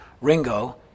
Ringo